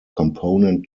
component